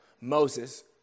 Moses